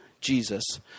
Jesus